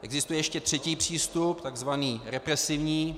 Existuje ještě třetí přístup, tzv. represivní.